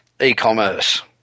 e-commerce